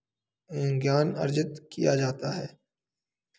ज्ञान अर्जित किया जाता है